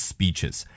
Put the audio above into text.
Speeches